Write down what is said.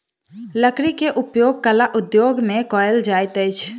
लकड़ी के उपयोग कला उद्योग में कयल जाइत अछि